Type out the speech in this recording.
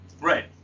Right